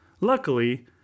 Luckily